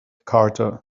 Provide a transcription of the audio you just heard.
carter